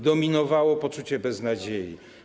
Dominowało poczucie beznadziei.